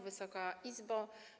Wysoka Izbo!